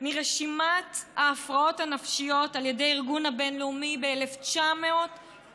מרשימת ההפרעות הנפשיות על ידי הארגון הבין-לאומי ב-1990.